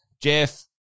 Jeff